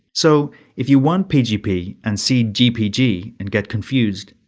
so if you want pgp and see gpg and get confused,